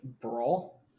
Brawl